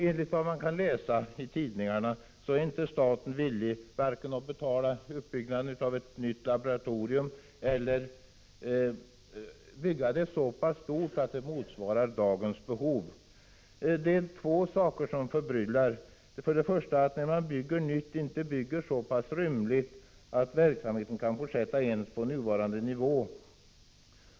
Enligt vad man kan läsa i tidningarna är staten inte villig vare sig att betala uppbyggnaden av ett nytt laboratorium eller bygga det så stort att det motsvarar dagens behov. Det är två saker som förbryllar. När man bygger nytt, varför bygger man inte så rymligt att verksamheten kan fortsätta ens på nuvarande nivå?